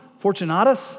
Fortunatus